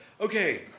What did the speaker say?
Okay